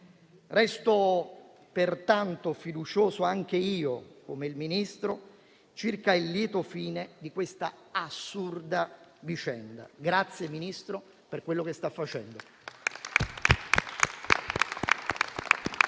Resto pertanto fiducioso anche io, come il Ministro, circa il lieto fine di questa assurda vicenda. Grazie, Ministro, per quello che sta facendo.